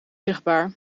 zichtbaar